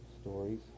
stories